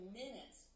minutes